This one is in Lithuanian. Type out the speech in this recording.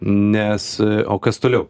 nes o kas toliau